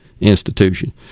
institution